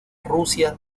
rusia